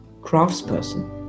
craftsperson